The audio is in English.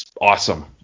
awesome